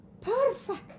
perfect